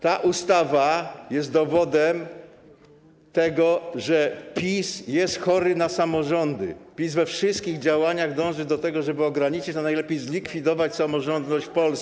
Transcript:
Ta ustawa jest dowodem tego, że PiS jest chory na samorządy, PiS we wszystkich działaniach dąży do tego, żeby ograniczyć, a najlepiej zlikwidować samorządność w Polsce.